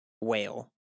whale